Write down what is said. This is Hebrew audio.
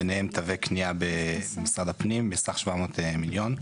ביניהם תווי קניה במשרד הפנים בסך 700 מיליון.